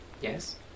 Yes